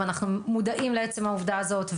אנחנו מודעים לעצם העובדה הזאת,